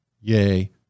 Yea